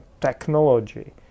technology